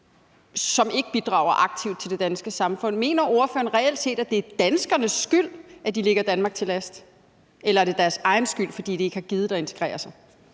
som ikke bidrager aktivt til det danske samfund. Mener ordføreren reelt set, at det er danskernes skyld, at de ligger Danmark til last, eller er det deres egen skyld, fordi de ikke har gidet at integrere sig?